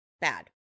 Bad